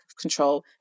control